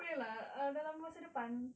boleh lah dalam masa depan